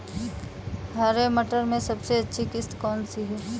हरे मटर में सबसे अच्छी किश्त कौन सी होती है?